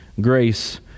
Grace